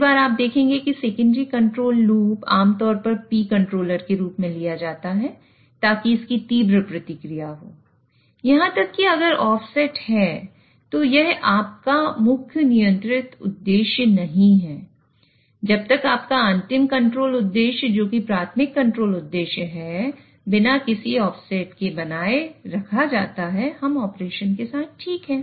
इसलिए secondary control loop के बनाए रखा जाता है हम ऑपरेशन के साथ ठीक हैं